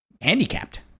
handicapped